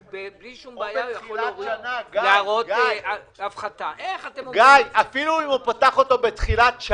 תהיו יצירתיים, תביאו פתרונות.